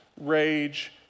rage